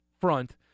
front